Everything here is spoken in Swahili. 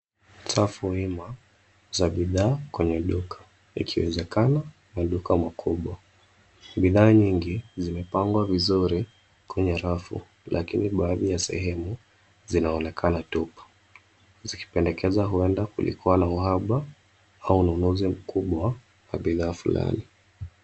Safu wima za bidhaa kwenye duka ikiwezekana maduka makubwa. Bidhaa nyingi zimepangwa vizuri kwenye rafu lakini baadhi ya sehemu zinaonekana tupu, zikipendekeza huenda kulikuwa na uhaba au ununuzi mkubwa wa bidhaa fulani.